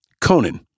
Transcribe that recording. Conan